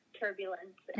turbulence